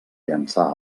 llençar